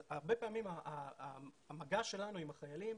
הרבה פעמים המגע שלנו עם החיילים,